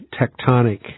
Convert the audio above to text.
tectonic